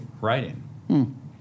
writing